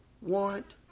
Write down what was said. want